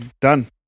Done